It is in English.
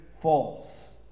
false